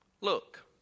look